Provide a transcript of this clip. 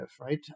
right